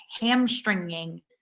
hamstringing